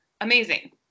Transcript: amazing